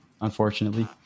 unfortunately